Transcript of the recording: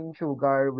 sugar